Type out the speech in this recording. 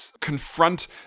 confront